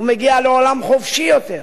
הוא מגיע לעולם חופשי יותר?